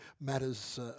matters